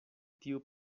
tiu